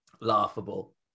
laughable